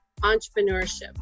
entrepreneurship